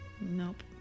Nope